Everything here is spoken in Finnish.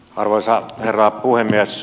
arvoisa herra puhemies